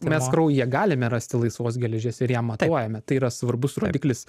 mes kraujyje galime rasti laisvos geležies ir ją matuojame tai yra svarbus rodiklis